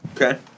Okay